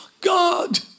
God